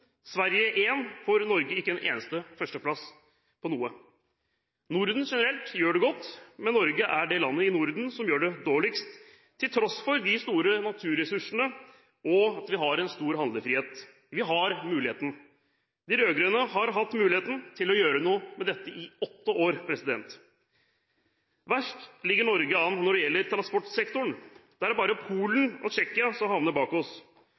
Sverige én, får Norge ikke en eneste. Norden generelt gjør det godt, men Norge er det landet i Norden som gjør det dårligst, til tross for store naturressurser og stor handlefrihet. Vi har muligheten – de rød-grønne har hatt muligheten til å gjøre noe med dette i åtte år. Verst ligger Norge an når det gjelder transportsektoren, bare Polen og Tsjekkia havner bak oss,